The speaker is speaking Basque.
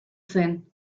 zen